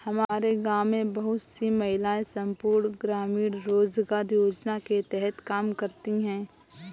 हमारे गांव में बहुत सी महिलाएं संपूर्ण ग्रामीण रोजगार योजना के तहत काम करती हैं